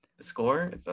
score